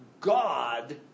God